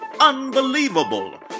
unbelievable